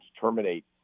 terminate